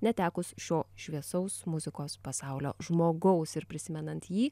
netekus šio šviesaus muzikos pasaulio žmogaus ir prisimenant jį